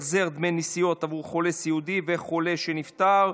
החזר דמי נסיעות עבור חולה סיעודי וחולה שנפטר),